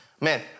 Man